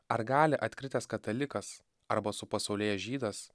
ar gali atkritęs katalikas arba supasaulėjęs žydas